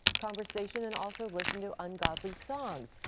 conversation, and also listen to ungodly songs.